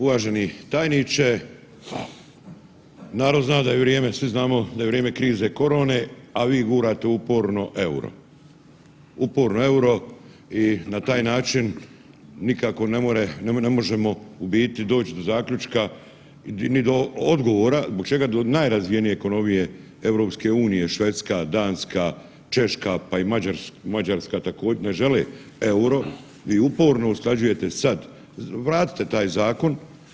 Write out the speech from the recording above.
Uvaženi tajniče, narod zna da je vrijeme, svi znamo da je vrijeme krize korone, a vi gurate uporno EUR-o, uporno EUR-o i na taj način nikako ne more, ne možemo u biti doć do zaključka, ni do odgovora zbog čega do najrazvijenije ekonomije EU, Švedska, Danka, Češka, pa i Mađarska također ne žele EUR-o, vi uporno usklađujete sad, vratite taj zakon.